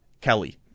Kelly